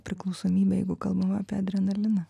priklausomybė jeigu kalbam apie adrenaliną